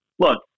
Look